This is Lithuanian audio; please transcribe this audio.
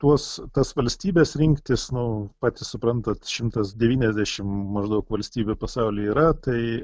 tuos tas valstybes rinktis nu patys suprantat šimtas devyniasdešim maždaug valstybių pasaulyje yra tai